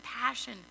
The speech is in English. passion